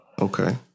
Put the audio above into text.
Okay